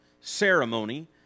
ceremony